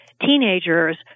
teenagers